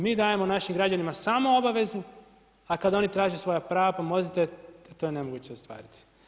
Mi dajemo našim građanima samo obavezu, a kad oni traže svoja prava pomozite to je nemoguće ostvariti.